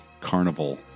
carnival